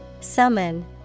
summon